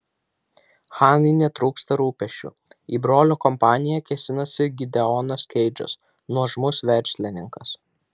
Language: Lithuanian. hanai netrūksta rūpesčių į brolio kompaniją kėsinasi gideonas keidžas nuožmus verslininkas